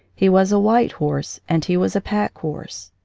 he was a white horse, and he was a pack-horse.